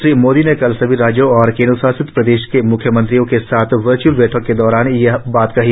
श्री मोदी ने कल सभी राज्यों और केंद्र शासित प्रदेशों के म्ख्यमंत्रियों के साथ वर्घ्अल बैठक के दौरान यह बात कही